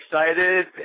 excited